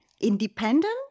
Independent